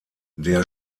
der